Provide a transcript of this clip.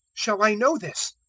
shall i know this?